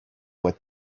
what